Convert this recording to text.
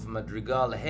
Madrigal